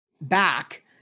Back